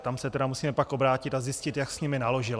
Tam se tedy musíme pak obrátit a zjistit, jak s nimi naložila.